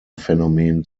phänomen